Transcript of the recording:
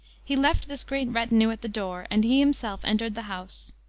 he left this great retinue at the door, and he himself entered the house.